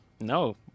No